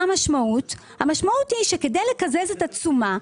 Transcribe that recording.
המשמעות היא שכדי לקזז את התשומה,